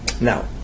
Now